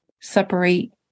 separate